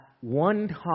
one